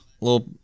little